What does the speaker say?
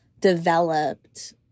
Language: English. developed